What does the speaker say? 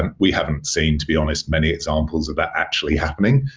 and we haven't seen, to be honest, many examples of that actually happening.